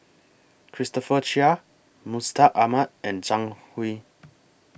Christopher Chia Mustaq Ahmad and Zhang Hui